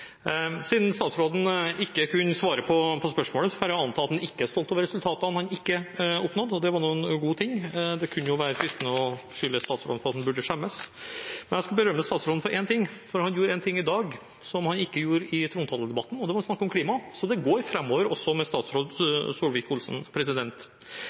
Siden statsråden ikke kunne svare på spørsmålet, får jeg anta at han ikke er stolt over resultatene han ikke har oppnådd. Det var nå en god ting, det kunne være fristende å si at han burde skjemmes. Men jeg skal berømme statsråden for én ting han gjorde i dag som han ikke gjorde i trontaledebatten: å snakke om klima. Så det går framover også med statsråd